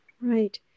right